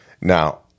Now